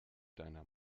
deiner